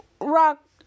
rock